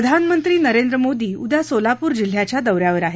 प्रधानमंत्री नरेंद्र मोदी उद्या सोलापूर जिल्ह्याच्या दौऱ्यावर आहेत